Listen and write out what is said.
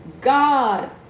God